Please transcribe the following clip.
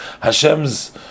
Hashem's